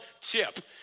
chip